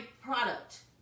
product